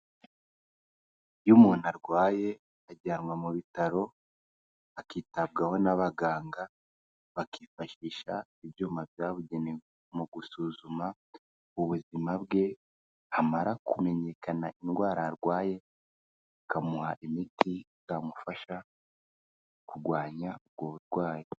Iyo umuntu arwaye ajyanwa mu bitaro, akitabwaho n'abaganga bakifashisha ibyuma byabugenewe mu gusuzuma ubuzima bwe, hamara kumenyekana indwara arwaye bakamuha imiti yamufasha kurwanya ubwo burwayi.